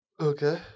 okay